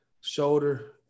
shoulder